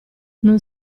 non